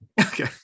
Okay